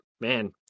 man